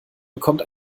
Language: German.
bekommt